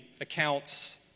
accounts